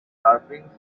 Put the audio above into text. carvings